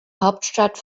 hauptstadt